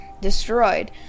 destroyed